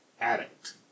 addict